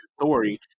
story